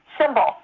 symbol